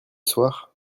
soir